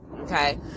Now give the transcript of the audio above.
okay